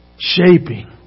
shaping